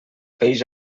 peix